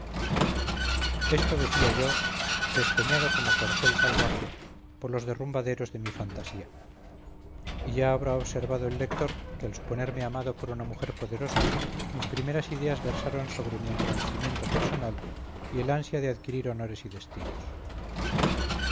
esto decía yo despeñado como corcel salvaje por los derrumbaderos de mi fantasía y ya habrá observado el lector que al suponerme amado por una mujer poderosa mis primeras ideas versaron sobre mi engrandecimiento personal y el ansia de adquirir honores y destinos